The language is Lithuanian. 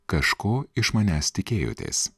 kažko iš manęs tikėjotės